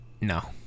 No